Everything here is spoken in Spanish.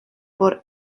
por